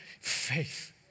faith